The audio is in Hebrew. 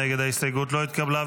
ההסתייגות לא התקבלה.